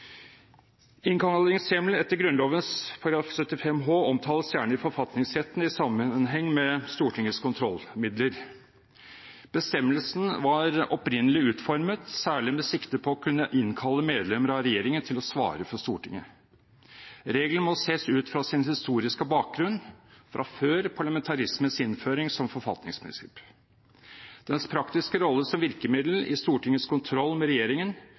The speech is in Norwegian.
Innkallingshjemmel etter Grunnloven § 75 h omtales gjerne i forfatningsretten i sammenheng med Stortingets kontrollmidler. Bestemmelsen var opprinnelig utformet særlig med sikte på å kunne innkalle medlemmer av regjeringen til å svare for Stortinget. Reglene må ses ut fra sin historiske bakgrunn fra før parlamentarismens innføring som forfatningsprinsipp. Dens praktiske rolle som virkemiddel i Stortingets kontroll med regjeringen